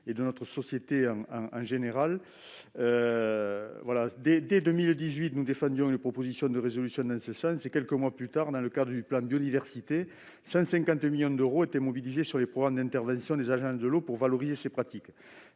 et de notre société en général. Dès 2018, nous défendions une proposition de résolution en ce sens. Quelques mois plus tard, dans le cadre du plan Biodiversité, 150 millions d'euros étaient mobilisés sur les programmes d'intervention des agences de l'eau pour valoriser ces pratiques.